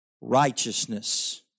Righteousness